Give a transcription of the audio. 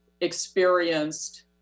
experienced